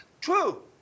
True